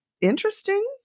interesting